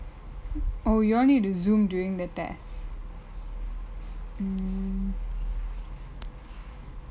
oh you all need to Zoom during the test mm